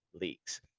leagues